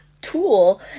tool